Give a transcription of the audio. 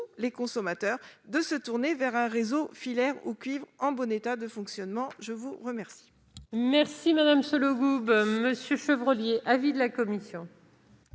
les consommateurs de se tourner vers un réseau filaire ou cuivre en bon état de fonctionnement. Quel